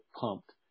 pumped